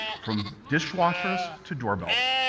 from dishwashers to doorbells.